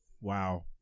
Wow